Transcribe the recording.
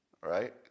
right